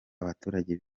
abaturage